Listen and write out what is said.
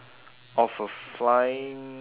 of a flying